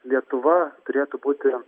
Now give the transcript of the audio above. lietuva turėtų būti